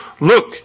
look